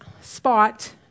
spot